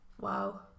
wow